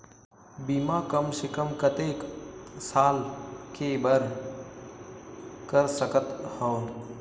बीमा कम से कम कतेक साल के बर कर सकत हव?